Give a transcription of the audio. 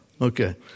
Okay